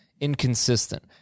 inconsistent